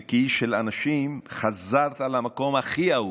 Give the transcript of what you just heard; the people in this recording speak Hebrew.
וכאיש של אנשים חזרת למקום הכי אהוב,